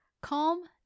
Calm